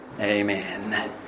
amen